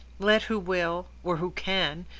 let who will, or who can,